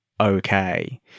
okay